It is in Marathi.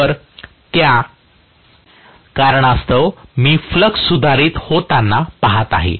तर त्या कारणास्तव मी फ्लक्स सुधारित होताना पाहत आहे